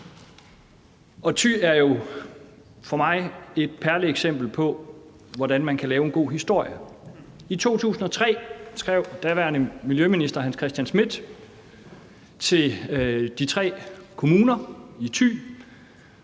Thy er jo for mig et perleeksempel på, hvordan man kan lave en god historie. I 2003 skrev daværende miljøminister Hans Christian Schmidt til de tre kommuner i Thy